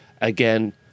again